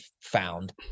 found